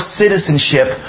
citizenship